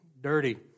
dirty